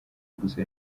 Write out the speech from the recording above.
gusa